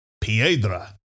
piedra